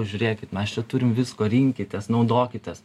žiūrėkit mes čia turim visko rinkitės naudokitės